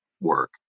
work